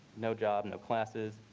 no job, no classes.